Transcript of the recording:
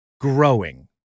growing